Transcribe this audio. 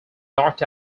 knocked